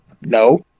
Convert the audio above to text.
No